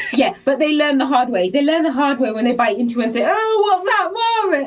yeah but they learn the hard way. they learn the hard way when they bite into and say, oh what's that mom.